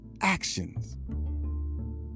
actions